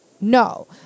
No